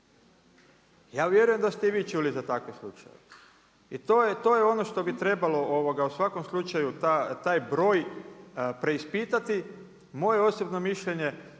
Ja vjerujem da ste i vi čuli za ovakve slučajeve. I to je ono što bi trebalo, u svakom slučaju, taj broj preispitati. Moje osobno mišljenje,